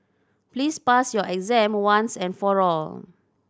please pass your exam once and for all